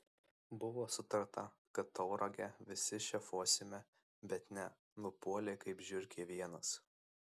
buvo sutarta kad tauragę visi šefuosime bet ne nupuolei kaip žiurkė vienas